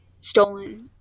stolen